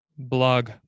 Blog